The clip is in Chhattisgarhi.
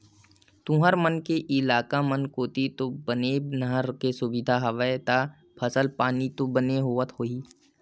तुंहर मन के इलाका मन कोती तो बने नहर के सुबिधा हवय ता फसल पानी तो बने होवत होही?